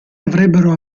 avrebbero